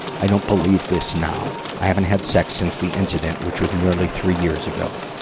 i don't believe this now. i haven't had sex since the incident, which was nearly three years ago.